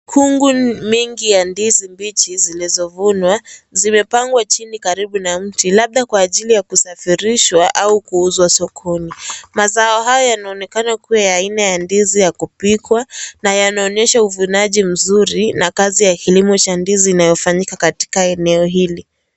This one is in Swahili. Kungu mingi ya ndizi mbichi zilizovunwa zimepangwa chini karibu na mti labda kwa ajiri ya kusafirishwa au kuuzwa sokoni. Mazao hayo yanaonekana kuwa ya aina ya ndizi ya kupikwa na yanaonyesha uvunaji mzuri na kazi ya kilimo cha ndizi inayofanyika katika eneo hili.